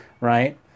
right